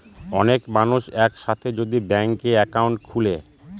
অনেক মানুষ এক সাথে যদি ব্যাংকে একাউন্ট খুলে